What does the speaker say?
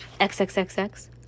XXXX